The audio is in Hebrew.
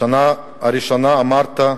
בשנה הראשונה אמרת,